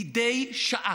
מדי שעה,